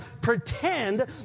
pretend